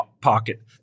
pocket